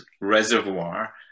reservoir